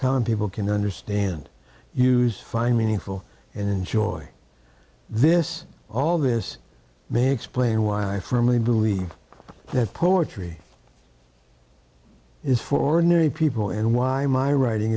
will can understand use find meaningful and enjoy this all this man explain why i firmly believe that poetry is for new people and why my writing